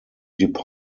dept